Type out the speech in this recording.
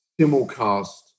simulcast